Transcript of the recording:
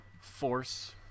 force